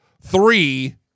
three